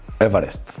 Everest